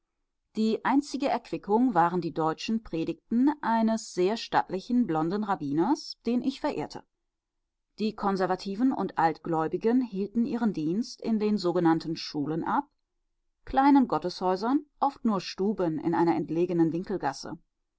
die einzige erquickung waren die deutschen predigten eines sehr stattlichen blonden rabbiners den ich verehrte die konservativen und altgläubigen hielten ihren dienst in den sogenannten schulen ab kleinen gotteshäusern oft nur stuben in einer entlegenen winkelgasse